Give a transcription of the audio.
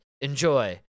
Enjoy